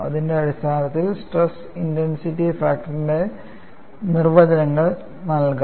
അതിന്റെ അടിസ്ഥാനത്തിൽ stress intensity ഫാക്ടറിന്റെ നിർവചനങ്ങൾ നൽകാം